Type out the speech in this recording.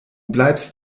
bleibst